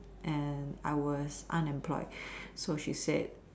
and I was unemployed so she said